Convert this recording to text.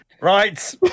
Right